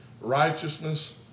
righteousness